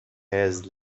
has